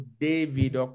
David